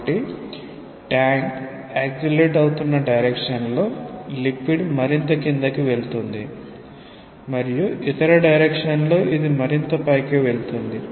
కాబట్టి tank accelerate అవుతున్న direction లో లిక్విడ్ మరింత క్రిందకి వెళ్తుంది మరియు ఇతర డైరెక్షన్ లో ఇది మరింత పైకి వెళ్తుంది